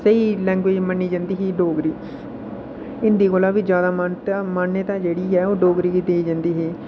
स्हेई लैंग्वेज मन्नी जंदी ही डोगरी हिंदी कोला बी जैदा मान्यता जेह्ड़ी ऐ ओह् डोगरी गी दित्ती जंदी ही